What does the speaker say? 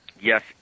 yes